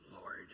Lord